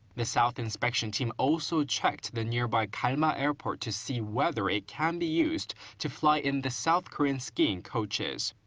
the south's inspection team also checked the nearby kalma airport to see whether it can be used to fly in the south korean skiing coaches.